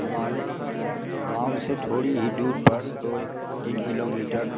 हमारे गाँव से थोड़ी ही दूर पर दो एक तीन किलोमीटर